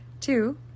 Two